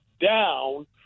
down